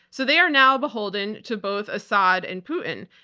so they are now beholden to both assad and putin.